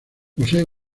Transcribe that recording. posee